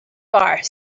bar